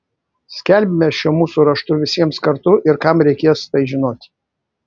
skelbiame šiuo mūsų raštu visiems kartu ir kam reikės tai žinoti